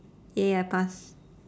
!yay! I pass